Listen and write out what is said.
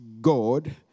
God